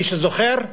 מי שזוכר,